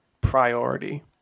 priority